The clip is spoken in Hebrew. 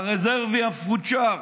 הרזרבי המפונצ'ר,